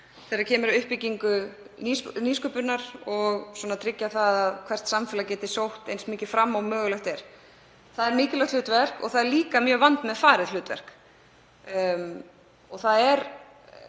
þegar kemur að uppbyggingu nýsköpunar og að tryggja að hvert samfélag geti sótt eins mikið fram og mögulegt er. Það er mikilvægt hlutverk og það er líka mjög vandmeðfarið. Það er